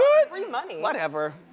free money whatever.